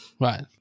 Right